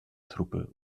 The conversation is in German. truppe